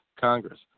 Congress